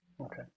Okay